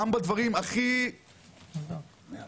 גם בדברים הכי פשוטים,